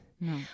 No